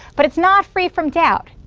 but it's not free from doubt.